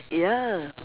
ya